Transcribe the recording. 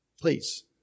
Please